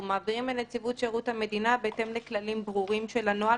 אנחנו מעבירים לנציבות שירות המדינה בהתאם לכללים ברורים של הנוהל,